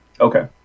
Okay